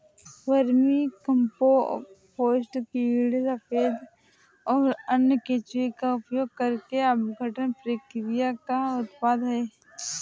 vermicompost कीड़े सफेद कीड़े और अन्य केंचुए का उपयोग करके अपघटन प्रक्रिया का उत्पाद है